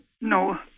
No